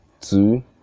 two